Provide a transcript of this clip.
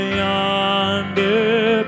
yonder